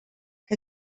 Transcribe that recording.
que